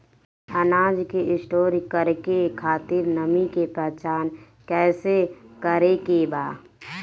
अनाज के स्टोर करके खातिर नमी के पहचान कैसे करेके बा?